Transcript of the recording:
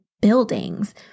buildings